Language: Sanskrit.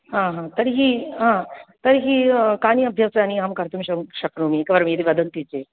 तर्हि तर्हि कानि अभ्यासानि अहं कर्तुं शक् शक्नोमि एकवारं यदि वदन्ति चेत्